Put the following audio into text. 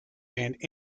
and